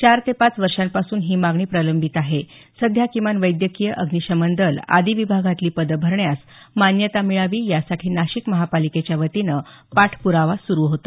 चार ते पाच वर्षांपासून ही मागणी प्रलंबित आहे सध्या किमान वैद्यकीय अग्निशमन दल आदी विभागातली पदं भरण्यास मान्यता मिळावी यासाठी नाशिक महापालिकेच्या वतीनं पाठप्रावा सुरू होता